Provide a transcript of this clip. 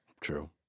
True